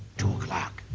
to catch